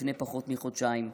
לפני פחות מחודשיים.